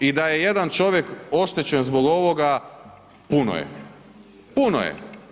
I da je jedan čovjek oštećen zbog ovoga puno je, puno je.